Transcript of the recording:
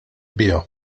biha